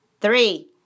Three